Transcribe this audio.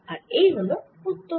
আর এই হল উত্তর